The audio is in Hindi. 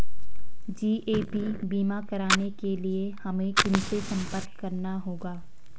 जी.ए.पी बीमा कराने के लिए हमें किनसे संपर्क करना होगा?